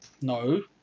No